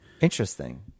Interesting